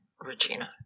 Regina